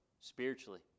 spiritually